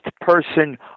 person